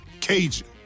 Cajun